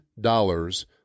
dollars